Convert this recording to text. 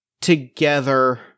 together